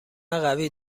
قوی